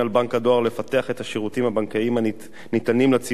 הדואר לפתח את השירותים הבנקאיים הניתנים לציבור,